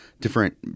different